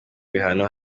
ibihano